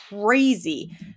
crazy